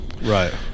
Right